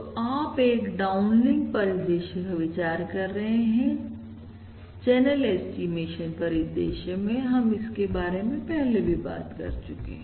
तो आप एक डाउन्लिंक परिदृश्य का विचार कर रहे हैं चैनल ऐस्टीमेशन परिदृश्य में हम इसके बारे में पहले भी बात कर चुके है